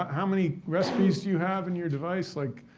how many recipes do you have in your device? like,